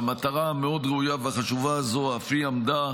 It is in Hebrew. והמטרה המאוד-ראויה והחשובה הזו אף היא עמדה